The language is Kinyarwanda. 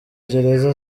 gereza